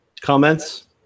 Comments